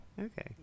Okay